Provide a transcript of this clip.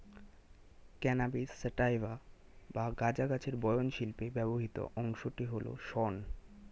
cannabis sativa বা গাঁজা গাছের বয়ন শিল্পে ব্যবহৃত অংশটি হল শন